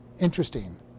interesting